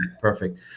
Perfect